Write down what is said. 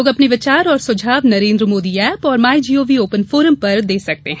लोग अपने विचार और सुझाव नरेन्द्र मोदी ऐप और माईजीओवी ओपन फोरम पर दे सकते हैं